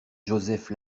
joseph